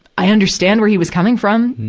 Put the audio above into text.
i understand where he was coming from,